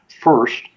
First